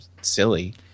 silly